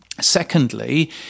Secondly